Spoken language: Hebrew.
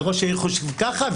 וראש עיר אחר חושב ככה,